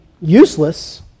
useless